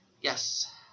Yes